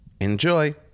Enjoy